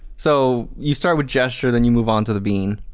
so, you start with gesture then you move on to the bean.